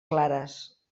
clares